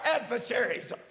adversaries